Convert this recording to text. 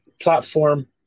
platform